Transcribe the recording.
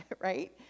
right